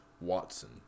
Watson